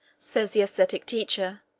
says the ascetic teacher,